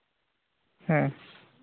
ᱦᱮᱸ